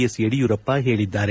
S Yediyurappa ಹೇಳಿದ್ದಾರೆ